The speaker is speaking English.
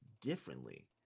differently